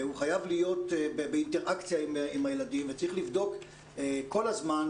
חייב להיות באינטראקציה עם הילדים ולבדוק כל הזמן,